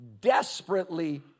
desperately